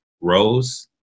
rose